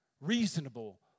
reasonable